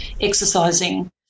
exercising